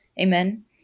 Amen